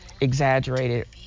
exaggerated